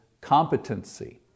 competency